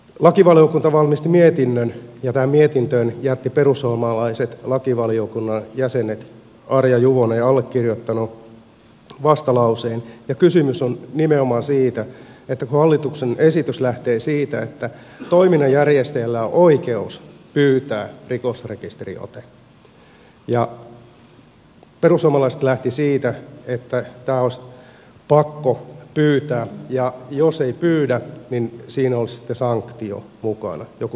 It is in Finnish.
lakivaliokunta valmisti mietinnön ja tähän mietintöön jättivät perussuomalaiset lakivaliokunnan jäsenet arja juvonen ja allekirjoittanut vastalauseen ja kysymys on nimenomaan siitä että hallituksen esitys lähtee siitä että toiminnan järjestäjällä on oikeus pyytää rikosrekisteriote ja perussuomalaiset lähtivät siitä että tämä olisi pakko pyytää ja jos ei pyydä niin siinä olisi sitten sanktio mukana joku sakkorangaistus